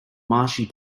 marshy